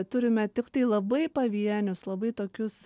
turime tiktai labai pavienius labai tokius